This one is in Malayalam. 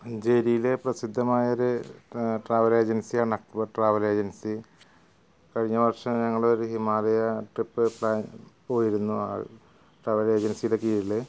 അഞ്ചേരിയിലെ പ്രസിദ്ധമായൊരു ട്രാവൽ ഏജൻസിയാണ് അക്ബർ ട്രാവൽ ഏജൻസി കഴിഞ്ഞ വർഷം ഞങ്ങളൊരു ഹിമാലയ ട്രിപ്പ് പ്ലാൻ പോയിരുന്നു ആ ട്രാവൽ ഏജൻസിയുടെ കീഴില്